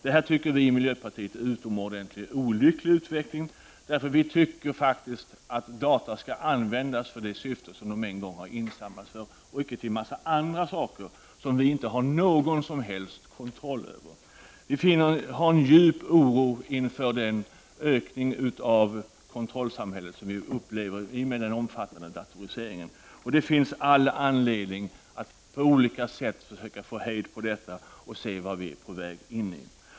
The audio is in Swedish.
Detta tycker vi i miljöpartiet är en utomordentligt olycklig utveckling. Vi tycker faktiskt att data skall användas för de ändamål som de en gång har insamlats för och inte till en massa annat som vi inte har någon som helst kontroll över. Vi känner en djup oro inför den ökning av kontrollsamhället som vi upplever i och med den omfattande datoriseringen. Det finns all anledning att på olika sätt försöka få hejd på detta och se vart vi är på väg.